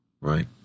Right